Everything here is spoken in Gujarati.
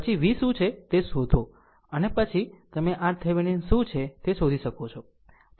પછી V શું છે તે શોધો અને પછી તમે RThevenin શું છે તે શોધી શકો છો